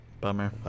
Bummer